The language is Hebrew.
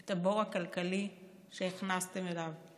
את הבור הכלכלי שהכנסתם אליו,